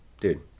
Dude